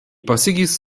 pasigis